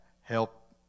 help